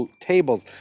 tables